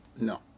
No